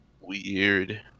Weird